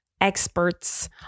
experts